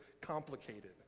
complicated